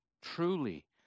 truly